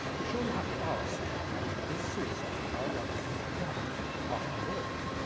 we surely have to ask, then, is suicide biologically adaptive after all?